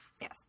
Yes